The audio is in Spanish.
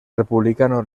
republicano